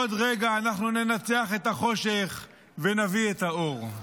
עוד רגע אנחנו ננצח את החושך ונביא את האור.